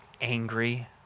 angry